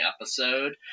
episode